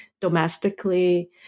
domestically